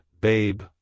babe